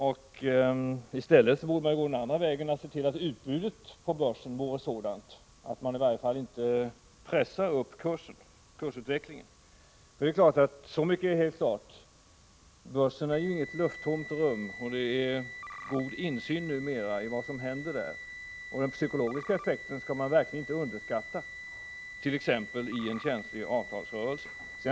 I stället borde man gå den andra vägen och se till, att utbudet på börsen blir sådant att man i varje fallinte pressar upp kursutvecklingen. Så mycket är helt klart som att börsen inte är något lufttomt rum, och det är god insyn numera i vad som händer där. Den psykologiska effekten skall man verkligen inte underskatta, t.ex. i en känslig avtalsrörelse.